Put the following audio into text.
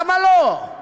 למה לא?